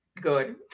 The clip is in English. good